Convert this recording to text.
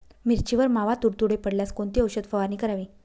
मिरचीवर मावा, तुडतुडे पडल्यास कोणती औषध फवारणी करावी?